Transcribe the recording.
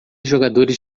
jogadores